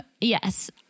Yes